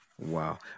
Wow